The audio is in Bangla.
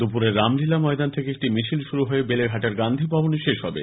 দুপুরে রামলীলা ময়দান থেকে একটি মিছিল শুরু হয়ে বেলেঘাটার গান্ধীভবনে শেষ হবে